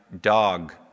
dog